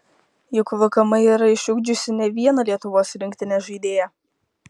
juk vkm yra išugdžiusi ne vieną lietuvos rinktinės žaidėją